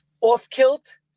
Off-kilt